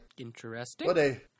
Interesting